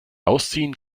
ausziehen